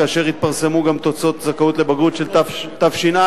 כאשר יתפרסמו גם תוצאות הזכאות לבגרות של תש"ע.